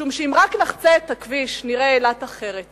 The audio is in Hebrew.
משום שאם רק נחצה את הכביש, נראה אילת אחרת.